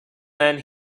then